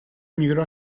emigró